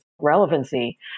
relevancy